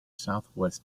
southwest